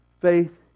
faith